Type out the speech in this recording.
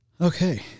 Okay